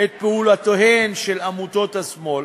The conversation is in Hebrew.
את פעולותיהן של עמותות השמאל,